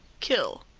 kill,